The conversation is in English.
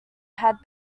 had